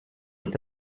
est